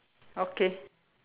okay